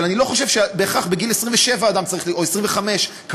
אבל אני לא חושב שבהכרח בגיל 27 או 25 אדם צריך,